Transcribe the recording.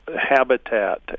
habitat